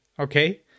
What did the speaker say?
Okay